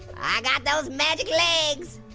i got those magic legs!